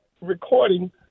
recording